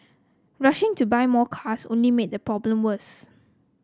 rushing to buy more cars only made the problem worse